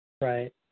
Right